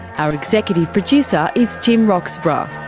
our executive producer is tim roxburgh. ah